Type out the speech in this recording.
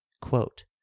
Quote